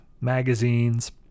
magazines